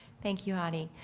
thank you, hadi.